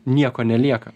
nieko nelieka